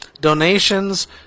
donations